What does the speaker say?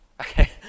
Okay